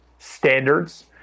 standards